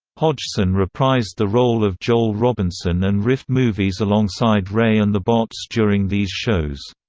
hodgson reprised the role of joel robinson and riffed movies alongside ray and the bots during these shows.